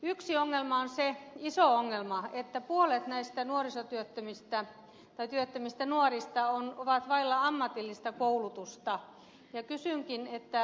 yksi ongelma on se iso ongelma että puolet näistä työttömistä nuorista on vailla ammatillista koulutusta ja kysynkin